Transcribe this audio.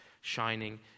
shining